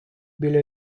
біля